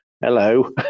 hello